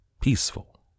peaceful